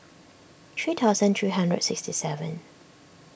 three thousand three hundred and sixty seven